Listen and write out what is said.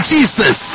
Jesus